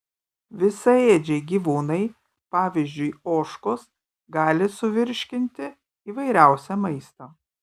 visaėdžiai gyvūnai pavyzdžiui ožkos gali suvirškinti įvairiausią maistą